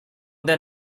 than